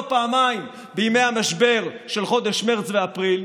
פעמיים בימי המשבר של חודש מרץ ואפריל?